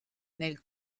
nel